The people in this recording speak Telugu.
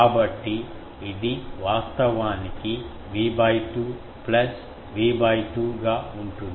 కాబట్టి ఇది వాస్తవానికి V 2 ప్లస్ V 2 గా ఉంటుంది